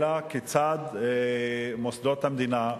אלא כיצד מוסדות המדינה,